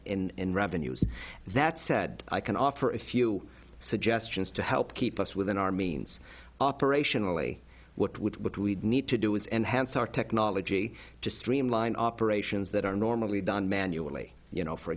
in revenues that said i can offer a few suggestions to help keep us within our means operationally what would what we need to do is enhance our technology to streamline operations that are normally done manually you know for